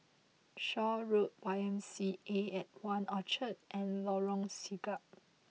Shaw Road Y M C A at One Orchard and Lorong Siglap